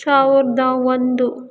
ಸಾವಿರದ ಒಂದು